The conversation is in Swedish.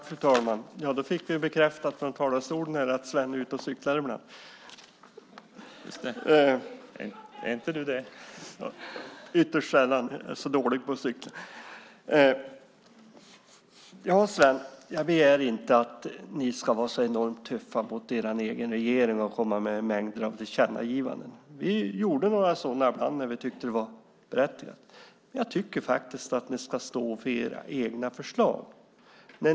Fru talman! Då fick vi bekräftat från talarstolen att Sven är ute och cyklar ibland. : Är inte du det?) Ytterst sällan. Jag är så dålig på att cykla. Sven, jag begär inte att ni ska vara så enormt tuffa mot er egen regering och komma med mängder av tillkännagivanden. Vi gjorde några sådana ibland när vi tyckte att det var berättigat. Jag tycker faktiskt att ni ska stå för era egna förslag.